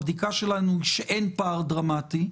הבדיקה שלנו היא שאין פער דרמטי,